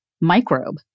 Microbe